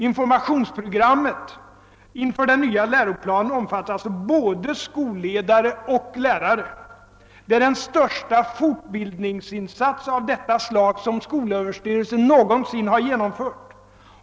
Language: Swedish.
Informationsprogrammet inför den nya läroplanen omfattar alltså både skolledare och lärare. Det är den största fortbildningsinsats av detta slag som skolöverstyrelsen någonsin genomfört.